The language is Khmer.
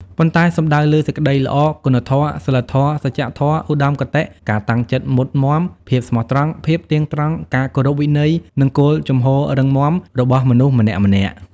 ប៉ុន្តែសំដៅលើ សេចក្តីល្អ គុណធម៌ សីលធម៌ សច្ចធម៌ ឧត្តមគតិ ការតាំងចិត្តមុតមាំ ភាពស្មោះត្រង់ ភាពទៀងត្រង់ ការគោរពវិន័យ និងគោលជំហររឹងមាំ របស់មនុស្សម្នាក់ៗ។